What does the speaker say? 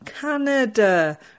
Canada